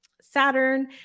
Saturn